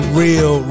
real